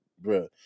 bro